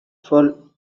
for